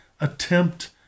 ...attempt